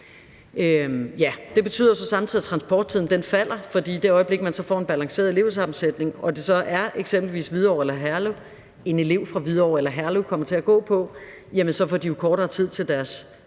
Det betyder samtidig, at transporttiden falder, for i det øjeblik, man får en balanceret elevsammensætning og det eksempelvis er Hvidovre eller Herlev Gymnasium, en elev fra Hvidovre eller Herlev kommer til at gå på, så får vedkommende jo kortere tid til deres